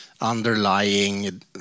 underlying